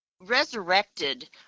resurrected